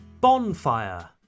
Bonfire